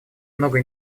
много